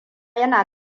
yana